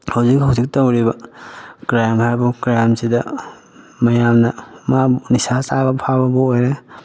ꯍꯧꯖꯤꯛ ꯍꯧꯖꯤꯛ ꯇꯧꯔꯤꯕ ꯀ꯭ꯔꯥꯏꯝ ꯍꯥꯏꯕꯨ ꯀ꯭ꯔꯥꯏꯝꯁꯤꯗ ꯃꯌꯥꯝꯅ ꯅꯤꯁꯥ ꯆꯥꯕ ꯐꯥꯕꯕꯨ ꯑꯣꯏꯔꯦ